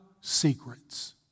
secrets